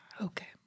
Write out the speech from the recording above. Okay